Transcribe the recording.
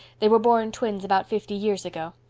they were born twins about fifty years ago.